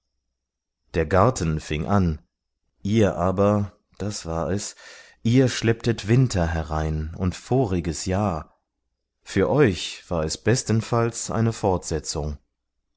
der garten fing an ihr aber das war es ihr schlepptet winter herein und voriges jahr für euch war es bestenfalls eine fortsetzung